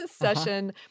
session